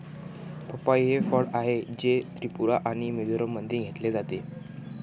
पपई हे फळ आहे, जे त्रिपुरा आणि मिझोराममध्ये घेतले जाते